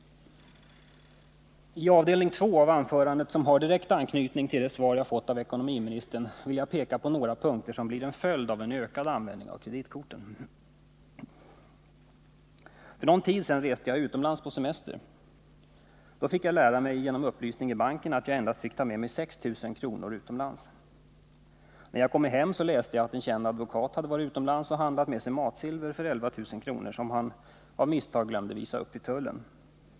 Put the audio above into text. I det andra avsnittet av mitt anförande, som har direkt anknytning till det svar jag fått av ekonomiministern, vill jag på ett par punkter peka på vad som kan bli följden av en ökad användning av kreditkorten. För någon tid sedan reste jag utomlands på semester. Före avresan fick jag upplysningar i banken om att jag endast fick ta med mig 6 000 kr. utomlands. När jag kom hem läste jag i en tidning att en känd advokat hade varit utomlands och att han hade handlat matsilver för 11 000 kr. som han av ”misstag” hade glömt att uppge i tullen.